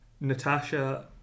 Natasha